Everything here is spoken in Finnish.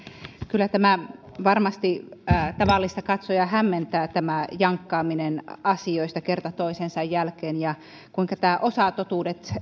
kyllä varmasti tavallista katsojaa hämmentää tämä jankkaaminen asioista kerta toisensa jälkeen ja se kuinka nämä osatotuudet